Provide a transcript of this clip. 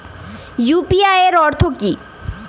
UPI এর অর্থ কি?